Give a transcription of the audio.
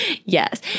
Yes